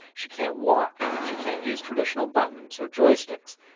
she can't walk, she can't use traditional buttons or joysticks.